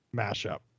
mashup